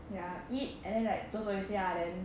ya eat and then like 走走一些 then